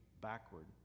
backward